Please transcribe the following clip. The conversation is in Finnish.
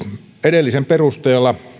edellisen perusteella